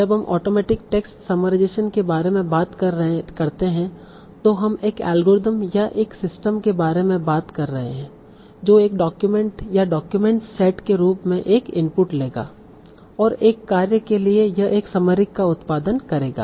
जब हम automatic text summarisation के बारे में बात करते हैं तो हम एक एल्गोरिथ्म या एक सिस्टम के बारे में बात कर रहे हैं जो एक डॉक्यूमेंट या डाक्यूमेंट्स सेट के रूप में एक इनपुट लेगा और एक कार्य के लिए यह एक समरी का उत्पादन करेगा